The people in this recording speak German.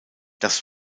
das